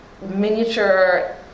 miniature